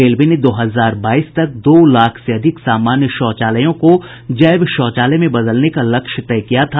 railway ने दो हजार बाईस तक दो लाख से अधिक सामान्य शौचालयों को जैव शौचालय में बदलने का लक्ष्य तय किया था